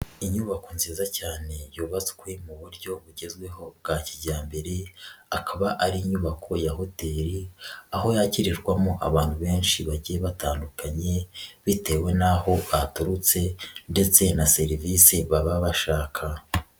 Inyubako nziza cyane yubatswe mu buryo bugezweho bwa kijyambere, akaba ari inyubako ya hoteli, aho yakirirwamo abantu benshi bagiye batandukanye bitewe n'aho baturutse ndetse na serivisi baba bashaka.